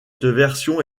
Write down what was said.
dernière